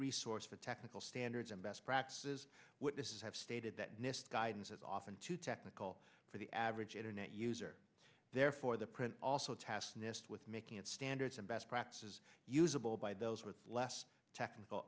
resource for technical standards and best practices have stated that guidance is often too technical for the average internet user therefore the print also test nist with making its standards and best practices usable by those with less technical